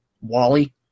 Wally